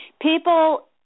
people